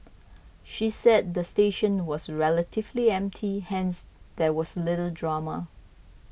she said the station was relatively empty hence there was little drama